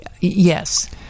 Yes